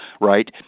right